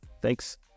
thanks